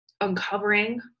uncovering